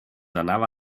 anava